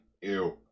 ew